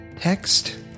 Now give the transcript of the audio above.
text